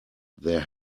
there